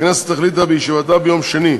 הכנסת החליטה בישיבתה ביום שני,